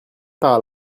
par